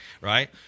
right